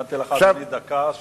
נתתי לך, אדוני, דקה תוספת.